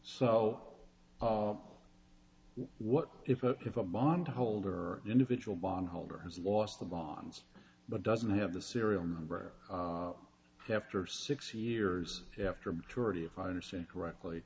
so what if what if a bondholder individual bond holder has lost the bonds but doesn't have the serial number after six years after maturity if i understand correctly